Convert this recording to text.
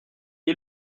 est